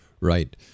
Right